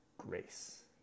grace